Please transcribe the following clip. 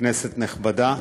זו החשיבות.